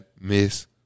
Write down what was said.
miss